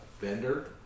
vendor